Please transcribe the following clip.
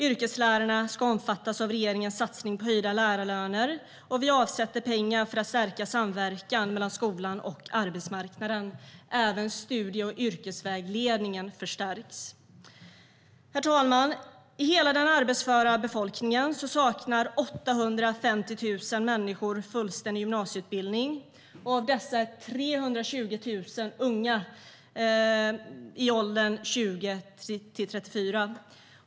Yrkeslärarna ska omfattas av regeringens satsning på höjda lärarlöner, och vi avsätter pengar för att stärka samverkan mellan skolan och arbetsmarknaden. Även studie och yrkesvägledningen förstärks. Herr talman! Av den arbetsföra befolkningen saknar 850 000 människor fullständig gymnasieutbildning, och av dessa är 320 000 unga i åldern 20-34.